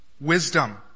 wisdom